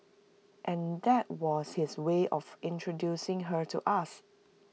and that was his way of introducing her to us